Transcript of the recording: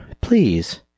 please